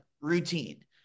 routine